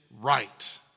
right